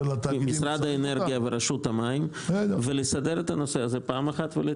משרד האנרגיה ורשות המים ולסדר את הנושא הזה פעם אחת ולתמיד.